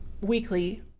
weekly